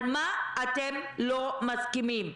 על מה אתם לא מסכימים?